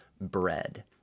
bread